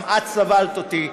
גם את סבלת אותי,